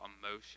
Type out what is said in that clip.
emotion